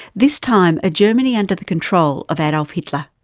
this time a germany under the control of adolf hitler.